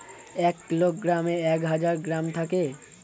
এক কিলোগ্রামে এক হাজার গ্রাম থাকে